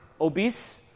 obese